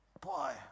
Boy